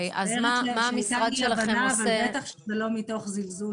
מה המשרד שלכם עושה --- זה בטח לא מתוך זלזול.